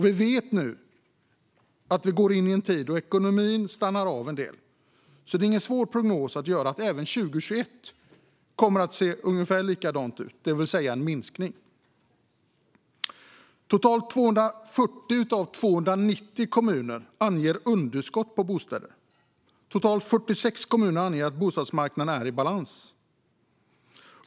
Vi vet att vi nu går in i en tid då ekonomin stannar av en del, så det är ingen svår prognos att göra att det kommer att se ungefär likadant ut även 2021. Vi kan alltså räkna med en minskning. Totalt 240 av 290 kommuner anger ett underskott på bostäder, medan totalt 46 kommuner anger att bostadsmarknaden är i balans.